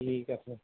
ঠিক আছে